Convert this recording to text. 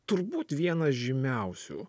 turbūt vienas žymiausių